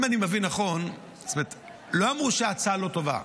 אם אני מבין נכון, לא אמרו שההצעה לא טובה,